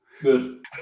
Good